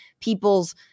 people's